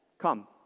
Come